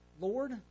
Lord